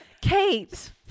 Kate